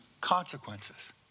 consequences